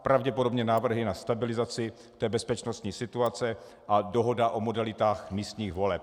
Pravděpodobně návrhy na stabilizaci bezpečnostní situace a dohoda o modalitách místních voleb.